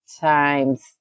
times